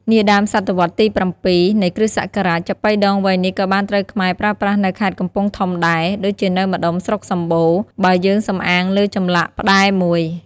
នាដើមសតវត្សរ៍ទី៧ នៃគ្រិស្តសករាជ ចាប៉ីដងវែងនេះក៏បានត្រូវខ្មែរប្រើប្រាស់នៅខេត្តកំពង់ធំដែរ ដូចជានៅម្តុំស្រុកសម្បូរ បើយើងសំអាងលើចម្លាក់ផ្តែរមួយ។